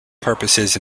purposes